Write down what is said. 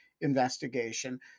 investigation